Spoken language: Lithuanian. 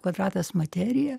kvadratas materiją